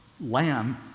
lamb